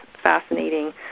fascinating